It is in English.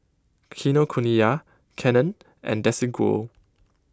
Kinokuniya Canon and Desigual